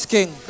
King